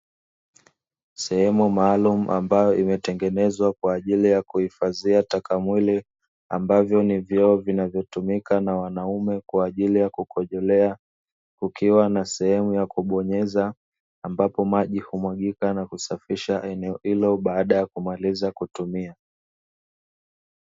Sehemu maalumu, ambayo imetengenezwa kwa ajili ya kuhifadhia taka mwili ambavyo ni vyoo vinavyotumika na wanaume kwa ajili ya kukojolea, kukiwa na sehemu yaku bonyeza ambapo maji humwagika na kusafisha eneo hilo baada ya kumaliza kutumia.